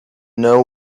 know